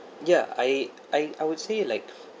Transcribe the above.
ya I I I would say like